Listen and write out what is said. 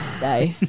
No